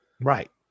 Right